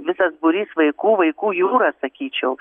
visas būrys vaikų vaikų jūra sakyčiau